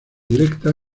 directa